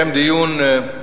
בכל הנקודות.